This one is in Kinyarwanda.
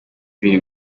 ibiri